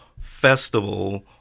Festival